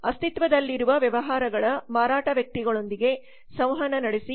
ಅಸ್ತಿತ್ವದಲ್ಲಿರುವ ವ್ಯವಹಾರಗಳ ಮಾರಾಟ ವ್ಯಕ್ತಿಗಳೊಂದಿಗೆ ಸಂವಹನ ನಡೆಸಿ